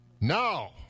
now